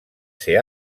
ser